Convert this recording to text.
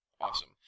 Awesome